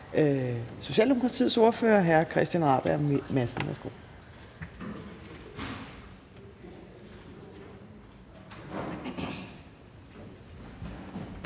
Socialdemokratiets ordfører, hr. Christian Rabjerg Madsen.